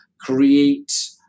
create